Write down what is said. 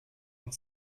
und